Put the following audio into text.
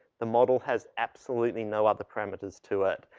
the model has absolutely no other parameters to it.